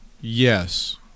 yes